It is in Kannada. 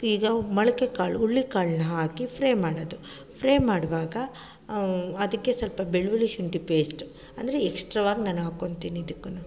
ಈಗ ಮೊಳಕೆ ಕಾಳು ಹುಳ್ಳಿ ಕಾಳನ್ನ ಹಾಕಿ ಫ್ರೈ ಮಾಡೋದು ಫ್ರೈ ಮಾಡುವಾಗ ಅದಕ್ಕೆ ಸ್ವಲ್ಪ ಬೆಳ್ಳುಳ್ಳಿ ಶುಂಠಿ ಪೇಸ್ಟ್ ಅಂದರೆ ಎಕ್ಸ್ಟ್ರವಾಗಿ ನಾನು ಹಾಕೊಳ್ತೀನಿ ಇದಕ್ಕೂ